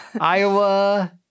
Iowa